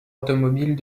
automobiles